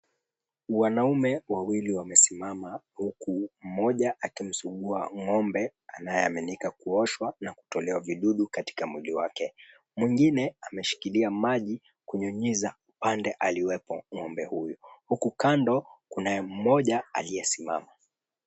Wanaume wawili wamesimama huku mmoja akimsugua ng'ombe anayeaminika kuoshwa na kutolewa vidudu katika mwili wake. Mwingine ameshikilia maji kunyunyiza upande aliwepo ng'ombe huyu. Huku kando kunaye mmoja aliyesimama.